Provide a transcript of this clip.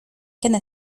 canne